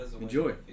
enjoy